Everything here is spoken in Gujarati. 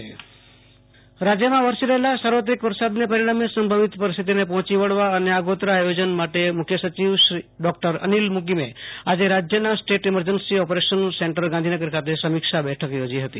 આશુ તોષ અંતાણી રાજય વરસાદ રાજ્યમાં વરસી રહેલા સાર્વત્રિક વરસાદને પરિણામે સંભવિત પરિસ્થિતિને પહોંચી વળવા અને આગોતરા આથોજન માટે મુખ્ય સચિવ શ્રી ડો અનિલ મૂ કીમે આજે રાજ્યના state emergency operation centre Gandhinagar ખાતે સમીક્ષા બેઠક યોજી હતી